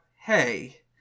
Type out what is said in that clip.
hey